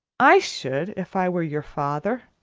i should, if i were your father.